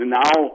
now